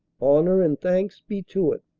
honor and thanks be to it!